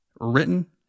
written